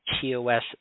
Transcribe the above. TOS